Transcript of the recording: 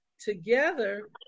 together